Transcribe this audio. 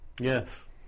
Yes